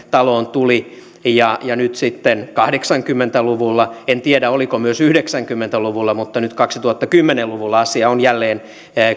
taloon tuli ja ja sitten kahdeksankymmentä luvulla en tiedä oliko myös yhdeksänkymmentä luvulla mutta nyt kaksituhattakymmenen luvulla asia on jälleen